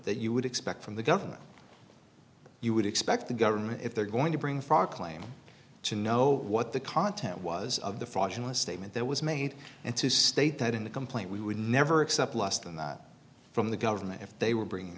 that you would expect from the government you would expect the government if they're going to bring far claim to know what the content was of the fraudulent statement that was made and to state that in the complaint we would never accept less than that from the government if they were bringing